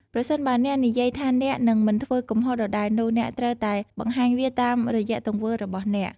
ប្រសិនបើអ្នកនិយាយថាអ្នកនឹងមិនធ្វើកំហុសដដែលនោះ អ្នកត្រូវតែបង្ហាញវាតាមរយៈទង្វើរបស់អ្នក។